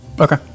okay